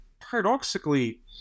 paradoxically